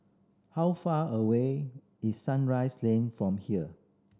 how far away is Sunrise Lane from here